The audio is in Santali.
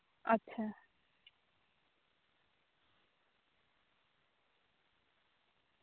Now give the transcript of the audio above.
ᱟᱪᱪᱷᱟ